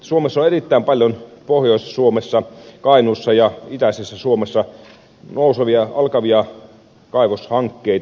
suomessa pohjois suomessa kainuussa ja itäisessä suomessa on erittäin paljon nousevia alkavia kaivoshankkeita